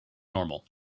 normal